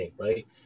Right